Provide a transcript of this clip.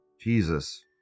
Jesus